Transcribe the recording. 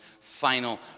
final